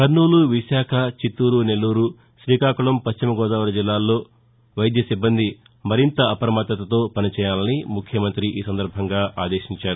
కర్నూలు విశాఖ చిత్తూరు నెల్లూరు శీకాకుళం పశ్చిమగోదావరి జిల్లాల్లో వైద్యసిబ్బంది అప్రమత్తతో పని చేయాలని ముఖ్యమంతి ఈ సందర్భంగా ఆదేశించారు